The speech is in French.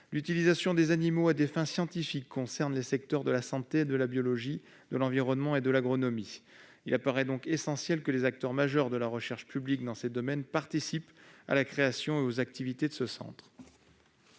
L'utilisation des animaux à des fins scientifiques concerne les secteurs de la santé, de la biologie, de l'environnement et de l'agronomie. Il paraît donc essentiel que les acteurs majeurs de la recherche publique dans ces domaines participent à la création et aux activités de ce centre.